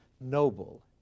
noble